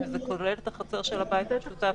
אם זה כולל החצר של הבית המשותף.